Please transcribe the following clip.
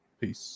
Peace